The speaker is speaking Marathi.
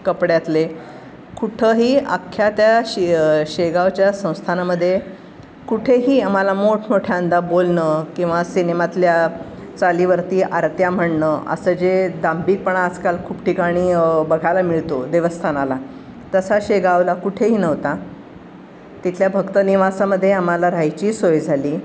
कपड्यातले कुठंही अख्ख्या त्या शे शेगावच्या संस्थानामध्ये कुठेही आम्हाला मोठमोठ्यांदा बोलणं किंवा सिनेमातल्या चालीवरती आरत्या म्हणणं असं जे दांभिकपणा आजकाल खूप ठिकाणी बघायला मिळतो देवस्थानाला तसा शेगावला कुठेही नव्हता तिथल्या भक्तनिवासामध्ये आम्हाला रहायचीही सोय झाली